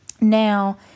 Now